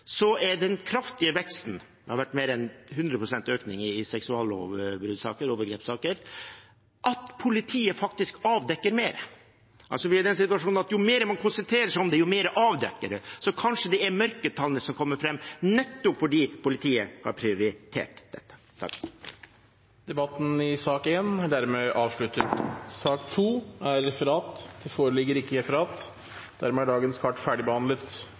overgrepssaker – at politiet faktisk avdekker mer. Vi er altså i den situasjonen at jo mer man konsentrerer seg om det, jo mer avdekker man. Så kanskje det er mørketallene som kommer fram nettopp fordi politiet har prioritert det. Debatten i sak nr. 1 er dermed avsluttet. Det foreligger ikke noe referat. Dermed er dagens kart ferdigbehandlet.